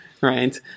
Right